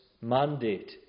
mandate